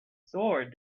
sword